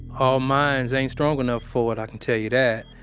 all minds ain't strong enough for it, i can tell you that,